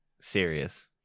serious